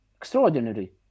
Extraordinary